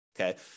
okay